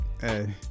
Hey